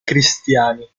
cristiani